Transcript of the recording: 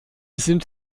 sind